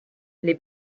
les